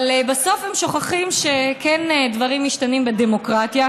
אבל בסוף הם שוכחים שדברים כן משתנים בדמוקרטיה,